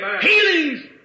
healings